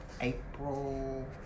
April